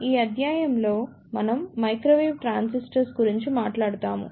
ఈ అధ్యాయం లో మనం మైక్రోవేవ్ ట్రాన్సిస్టర్ గురించి మాట్లాడుతాము